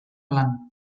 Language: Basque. lan